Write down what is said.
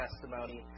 testimony